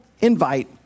invite